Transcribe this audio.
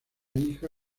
hija